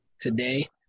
today